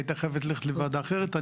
היא הייתה חייבת ללכת לוועדה אחרת.